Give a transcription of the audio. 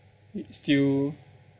it still